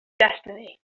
destiny